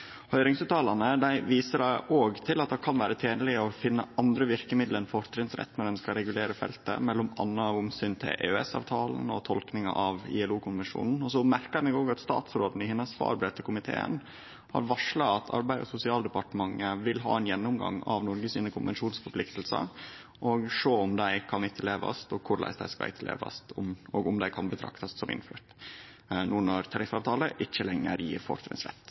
viser òg til at det kan vere tenleg å finne andre verkemiddel enn fortrinnsrett når ein skal regulere feltet, bl.a. av omsyn til EØS-avtalen og tolkinga av ILO-konvensjonen. Eg merka meg òg at statsråden i hennar svarbrev til komiteen har varsla at Arbeids- og sosialdepartementet vil ha ein gjennomgang av Noregs konvensjonsforpliktingar og sjå om dei kan etterlevast og korleis dei skal etterlevast, og om dei kan bli betrakta som innførte no når tariffavtaler ikkje lenger